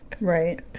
right